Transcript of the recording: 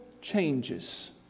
changes